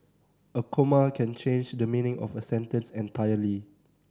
a comma can change the meaning of a sentence entirely